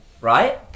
right